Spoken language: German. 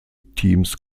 teams